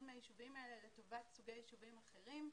מהיישובים האלה לטובת סוגי יישובים אחרים.